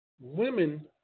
women